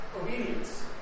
obedience